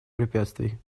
препятствий